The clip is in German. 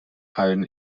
hallen